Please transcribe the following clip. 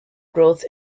growth